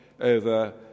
over